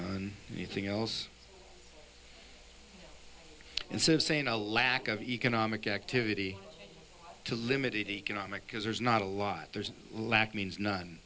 anything else instead of saying a lack of economic activity to limited economic because there's not a lot there's lack means non